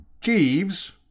Jeeves